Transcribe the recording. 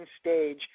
stage